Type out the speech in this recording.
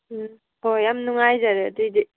ꯍꯣꯏ ꯌꯥꯝ ꯅꯨꯡꯉꯥꯏꯖꯔꯦ ꯑꯗꯨꯏꯗꯤ